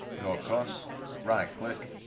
go across right-click